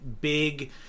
Big